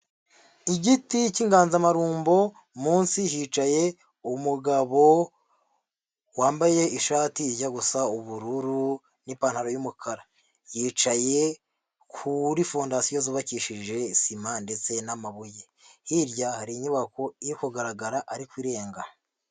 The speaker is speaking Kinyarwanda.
Igiti cy'inganzamarumbo, munsi hicaye umugabo wambaye ishati ijya gusa ubururu n'ipantaro y'umukara, yicaye kuri fondasiyo zubakishije sima ndetse n'amabuye hirya hari inyubako iri kugaragara ariko irenga.